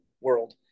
world